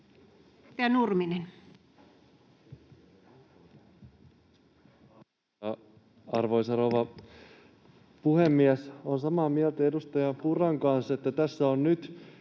Arvoisa rouva puhemies! Olen samaa mieltä edustaja Purran kanssa, että tässä on nyt